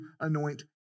anoint